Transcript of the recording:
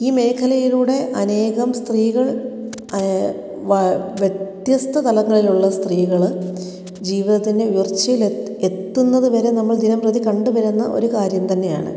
ഈ മേഖലയിലൂടെ അനേകം സ്ത്രീകൾ വ്യത്യസ്ത തലങ്ങളിലുള്ള സ്ത്രീകൾ ജീവിതത്തിൻ്റെ ഉയർച്ചയിലെത്തി എത്തുന്നത് വരെ നമ്മൾ ദിനം പ്രതി കണ്ടുവരുന്ന ഒരു കാര്യം തന്നെയാണ്